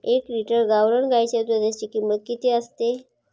एक लिटर गावरान गाईच्या दुधाची किंमत किती असते?